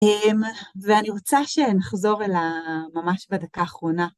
ואני רוצה שנחזור אל ה... ממש בדקה אחרונה.